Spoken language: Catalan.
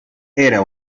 era